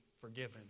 forgiven